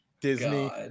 disney